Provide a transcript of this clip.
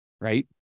Right